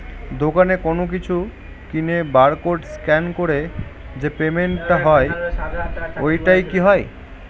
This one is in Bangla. দোকানে কোনো কিছু কিনে বার কোড স্ক্যান করে যে পেমেন্ট টা হয় ওইটাও কি হয়?